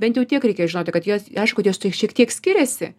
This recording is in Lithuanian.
bent jau tiek reikia žinoti kad jos aišku kad jos šiek tiek skiriasi